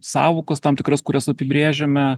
sąvokas tam tikras kurias apibrėžiame